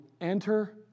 enter